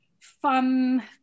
fun